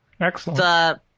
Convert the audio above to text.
Excellent